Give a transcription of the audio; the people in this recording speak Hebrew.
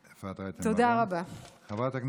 תודה רבה, חברת הכנסת אפרת רייטן מרום.